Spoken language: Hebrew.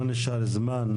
לא נשאר זמן.